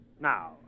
Now